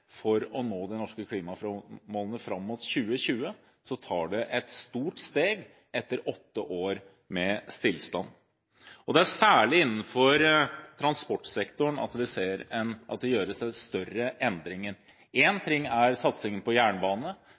for å nå de norske klimamålene fram mot 2020, så tar det et stort steg etter åtte år med stillstand, og det er bra. Det er særlig innenfor transportsektoren vi ser at det gjøres større endringer. Én ting er satsingen på jernbane